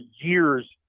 years